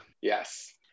yes